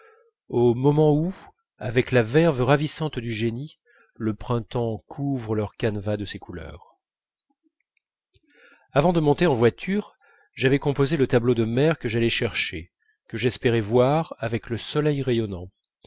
au moment où avec la verve ravissante du génie le printemps couvre leur canevas de ses couleurs avant de monter en voiture j'avais composé le tableau de mer que j'allais chercher que j'espérais voir avec le soleil rayonnant